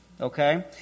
Okay